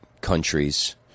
countries